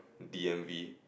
D M V